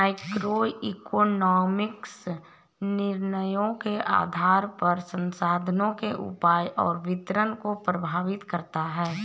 microeconomics निर्णयों के आधार पर संसाधनों के उपयोग और वितरण को प्रभावित करता है